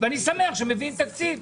ואני שמח שמביאים תקציב.